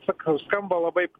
sakau skamba labai